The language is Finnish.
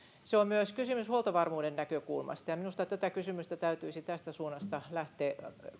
se on kysymys myös huoltovarmuuden näkökulmasta ja minusta tätä kysymystä täytyisi tästä suunnasta lähteä